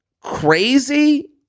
crazy